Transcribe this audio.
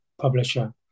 publisher